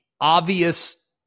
obvious